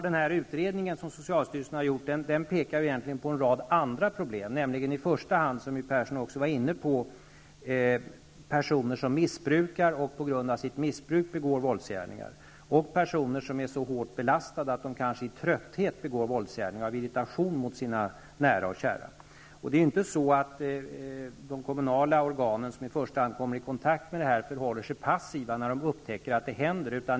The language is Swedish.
Den utredning som socialstyrelsen har gjort pekar ju egentligen på en rad andra problem, som My Persson också var inne på, nämligen i första hand problem med personer som är missbrukare och på grund av sitt missbruk begår våldsgärningar och personer som är så hårt belastade, att de kanske i trötthet och av irritation begår våldsgärningar mot sina nära och kära. Det är inte så att de kommunala organen, som i första hand kommer i kontakt med sådant, förhåller sig passiva när de upptäcker detta.